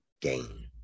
gain